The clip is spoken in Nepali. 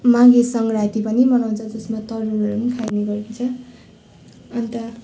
माघे सङ्क्रान्ति पनि मनाउँछ जसमा तरुलहरू नि खाइने गरिन्छ अन्त